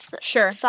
Sure